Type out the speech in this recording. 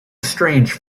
strange